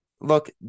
Look